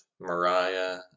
Mariah